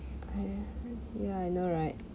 I ya I know right